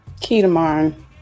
ketamine